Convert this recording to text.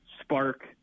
spark